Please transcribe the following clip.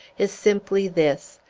is simply this,